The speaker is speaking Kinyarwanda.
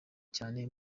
cyane